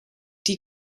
die